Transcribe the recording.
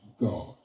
god